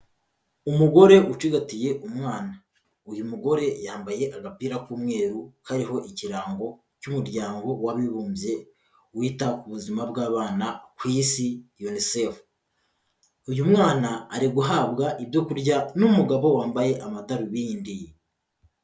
Umugore ucigatiye umwana, uyu mugore yambaye agapira k'umweru kariho ikirango cy'Umuryango w'Abibumbye wita ku buzima bw'abana ku Isi Unicef, uyu mwana ari guhabwa ibyo kurya n'umugabo wambaye amadarubindi.